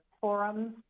forums